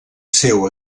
seu